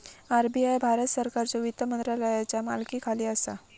RBI भारत सरकारच्यो वित्त मंत्रालयाचा मालकीखाली असा